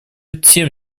тем